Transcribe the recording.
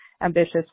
ambitious